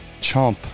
chomp